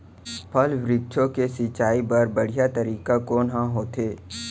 फल, वृक्षों के सिंचाई बर बढ़िया तरीका कोन ह होथे?